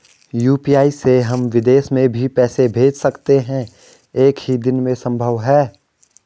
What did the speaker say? UPI से हम विदेश में भी पैसे भेज सकते हैं एक ही दिन में संभव है?